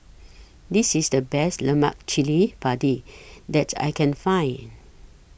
This IS The Best Lemak Chili Padi that I Can Find